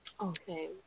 Okay